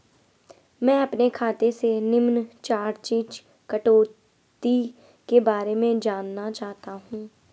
मैं अपने खाते से निम्न चार्जिज़ कटौती के बारे में जानना चाहता हूँ?